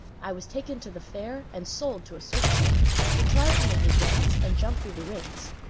i was taken to the fair and sold to a circus owner, who tried to make me dance and jump through the rings.